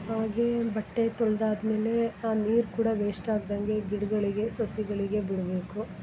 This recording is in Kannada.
ಅವಾಗೇ ಬಟ್ಟೆ ತೊಳ್ದಾದ್ಮೇಲೆ ಆ ನೀರು ಕೂಡ ವೇಸ್ಟ್ ಆಗ್ದಂಗೆ ಗಿಡ್ಗಳಿಗೆ ಸಸಿಗಳಿಗೆ ಬಿಡಬೇಕು